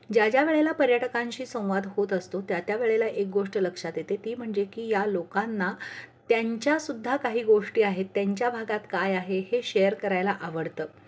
ज्या ज्या वेळेला पर्यटकांशी संवाद होत असतो त्या त्या वेळेला एक गोष्ट लक्षात येते ती म्हणजे की या लोकांना त्यांच्यासुद्धा काही गोष्टी आहेत त्यांच्या भागात काय आहे हे शेअर करायला आवडतं